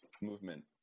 movement